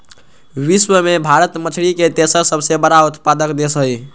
विश्व में भारत मछरी के तेसर सबसे बड़ उत्पादक देश हई